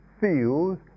feels